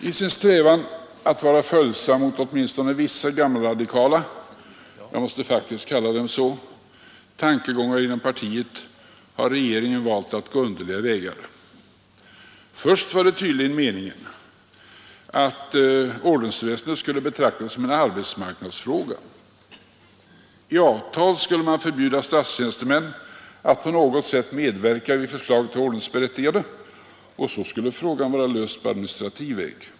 I sin strävan att vara följsam mot åtminstone vissa gammalradikala — jag måste faktiskt kalla dem så — tankegångar inom partiet har regeringen valt att gå underliga vägar. Först var det tydligen meningen att ordensväsendet skulle betraktas som en arbetsmarknadsfråga. I avtal skulle man förbjuda statstjänstemän att på något sätt medverka vid förslag till ordensberättigade. Och så skulle frågan vara löst på administrativ väg.